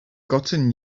gotten